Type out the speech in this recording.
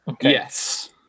Yes